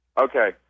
Okay